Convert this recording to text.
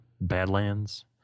Badlands